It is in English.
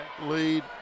lead